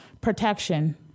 Protection